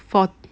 fourt~